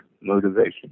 motivation